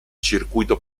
circuito